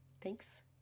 Thanks